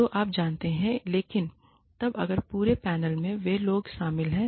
तो आप जानते हैं लेकिन तब अगर पूरे पैनल में वे लोग शामिल हैं